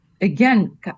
again